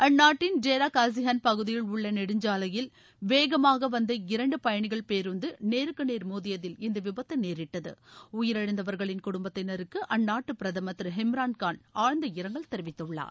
அந்நாட்டின் டேராகாஸிகான் பகுதியில் உள்ள நெடுஞ்சாவையில் வேகமாக வந்த இரண்டு பயணிகள் பேருந்து நேருக்கு நேர் மோதியதில் இந்த விபத்து நேரிட்டது உயிரிழந்தவர்களின் குடும்பத்தினருக்கு அந்நாட்டு பிரதமர் திரு இம்ரான்காள் ஆழ்ந்த இரங்கல் தெரிவித்துள்ளார்